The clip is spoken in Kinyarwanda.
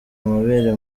amabere